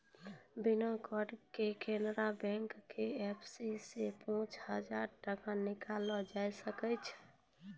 बिना कार्डो के केनरा बैंक के एपो से पांच हजार टका निकाललो जाय सकै छै